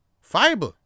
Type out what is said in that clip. Fiber